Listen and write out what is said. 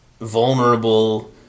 vulnerable